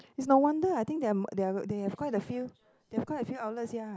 is no wonder I think their m~ they have quite a few they have quite a few outlets ya